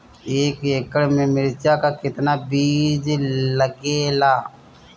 एक एकड़ में मिर्चा का कितना बीज लागेला?